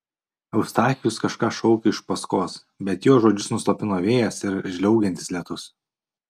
eustachijus kažką šaukė iš paskos bet jo žodžius nuslopino vėjas ir žliaugiantis lietus